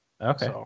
Okay